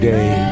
day